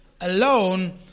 alone